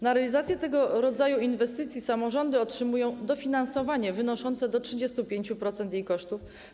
Na realizację tego rodzaju inwestycji samorządy otrzymują dofinansowanie wynoszące do 35% jej kosztów.